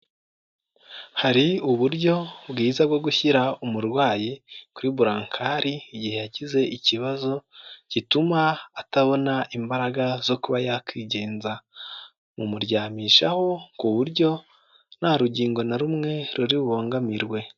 Hari uburyo bwiza bwo gushyira umurwayi kuri burankari, igihe yagize ikibazo gituma atabona imbaraga zo kuba yakwigenza, mu muryamishaho ku buryo nta rugingo na rumwe ruri bubangamirwe.